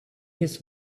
his